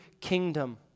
kingdom